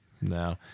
No